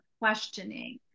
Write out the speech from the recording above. questioning